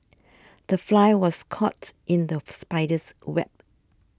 the fly was caught in the spider's web